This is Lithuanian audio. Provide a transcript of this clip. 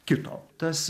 kito tas